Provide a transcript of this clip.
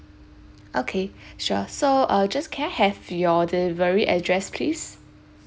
okay sure so uh just can I have your delivery address please